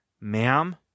ma'am